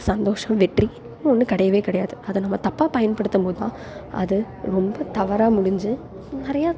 சந்தோஷம் வெற்றி ஒன்று கிடையவே கிடையாது அதை நம்ம தப்பாக பயன்படுத்தும் போது தான் அது ரொம்ப தவறாக முடிஞ்சு நிறைய